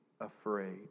afraid